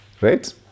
right